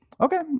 Okay